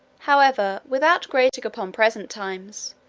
however, without grating upon present times,